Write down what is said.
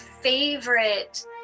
favorite